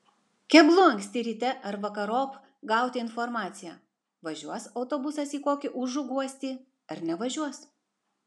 keblu anksti ryte ar vakarop gauti informaciją važiuos autobusas į kokį užuguostį ar nevažiuos